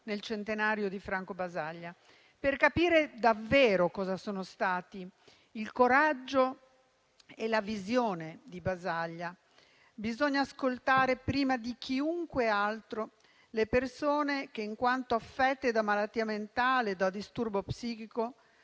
nascita di Franco Basaglia. Per capire davvero cosa sono stati il suo coraggio e la sua visione, bisogna ascoltare prima di chiunque altro le persone che, in quanto affette da malattia mentale o da disturbo psichico,